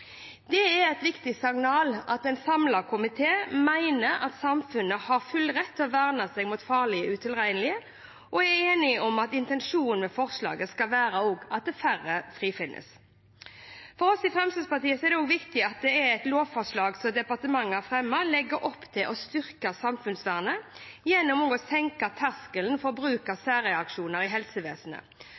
Det er et viktig signal at en samlet komité mener at samfunnet har full rett til å verne seg mot farlige utilregnelige, og er enig om at intensjonen med forslaget skal være at færre frifinnes. For oss i Fremskrittspartiet er det også viktig at det lovforslaget departementet har fremmet, legger opp til å styrke samfunnsvernet gjennom å senke terskelen for bruk av særreaksjoner i helsevesenet,